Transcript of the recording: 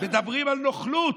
מדברים על נוכלות.